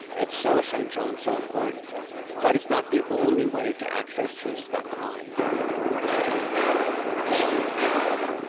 that's so essential and so important but it's not the only way to access truths about the mind. um